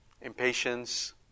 impatience